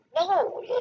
No